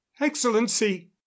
excellency